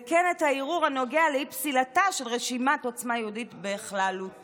וכן את הערעור הנוגע לאי-פסילתה של רשימת עוצמה יהודית בכללותה.